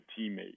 teammate